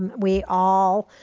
we all,